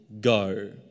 go